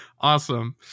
awesome